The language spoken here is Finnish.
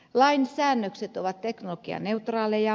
lain säännökset ovat teknologianeutraaleja